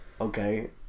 Okay